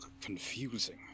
confusing